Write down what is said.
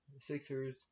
Sixers